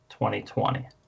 2020